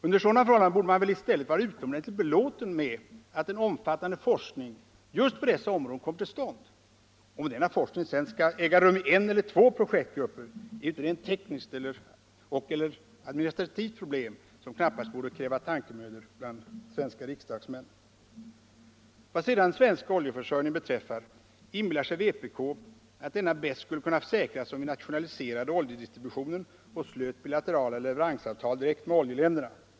Under sådana förhållanden borde man väl i stället vara utomordentligt belåten med att en omfattande forskning just på dessa områden kommer till stånd. Om denna forskning sedan skall äga rum i en eller två projektgrupper är ju ett rent tekniskt och/eller administrativt problem som knappast borde kräva tankemödor bland svenska riksdagsmän. Vad sedan den svenska oljeförsörjningen beträffar inbillar sig vpk att denna bäst skulle kunna säkras om vi nationaliserade oljedistributionen och slöt bilaterala leveransavtal direkt med oljeländerna.